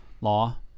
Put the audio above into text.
law